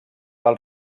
del